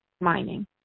mining